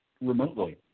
remotely